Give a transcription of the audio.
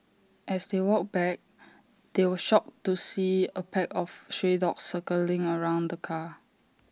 as they walked back they were shocked to see A pack of stray dogs circling around the car